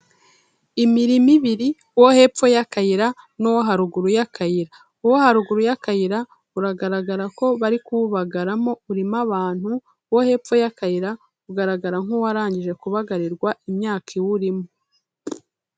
Imirima ibiri uwo hepfo y'akayira n'uowo haruguru y'akayira, uwo haruguru y'akayira uragaragara ko bari kuwubagaramo urimo abantu, uwo hepfo y'akayira ugaragara nk'uwarangije kubagarirwa imyaka iwurimo.